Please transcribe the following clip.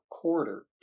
quarter